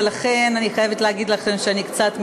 ולכן אני חייבת להגיד לכם שאני קצת מתרגשת.